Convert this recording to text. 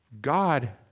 God